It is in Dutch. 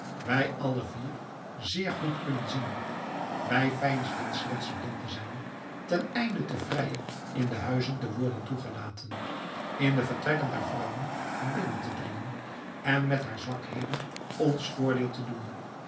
wij alle vier zeer goed kunnen zien wij veinsden slechts blind te zijn ten einde te vrijer in de huizen te worden toegelaten in de vertrekken der vrouwen binnen te dringen en met haar zwakheden ons voordeel te doen